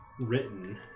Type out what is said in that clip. written